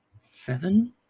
Seven